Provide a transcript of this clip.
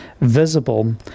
visible